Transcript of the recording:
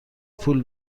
پول